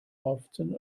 often